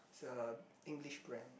is a English brand